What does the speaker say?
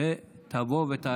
איננו.